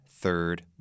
Third